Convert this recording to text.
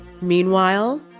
Meanwhile